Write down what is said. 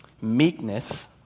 Meekness